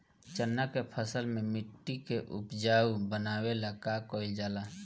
चन्ना के फसल में मिट्टी के उपजाऊ बनावे ला का कइल जाला?